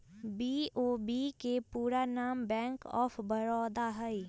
BOB के पूरे नाम बैंक ऑफ बड़ौदा हइ